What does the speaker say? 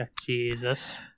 Jesus